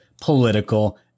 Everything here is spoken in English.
political